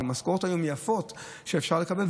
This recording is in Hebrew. אלה היום משכורות יפות שאפשר לקבל,